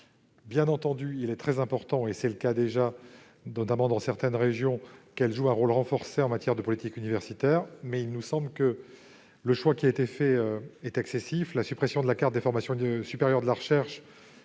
Bien entendu, il est très important, et c'est le cas déjà, notamment dans certaines régions, qu'elles jouent un rôle renforcé en matière de politique universitaire, mais il nous semble que le choix qui a été fait est excessif. La suppression de la carte des formations supérieures et de la recherche,